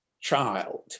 child